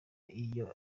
iyo